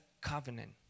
covenant